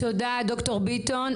תודה, ד"ר ביטון.